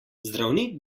zdravnik